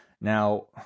Now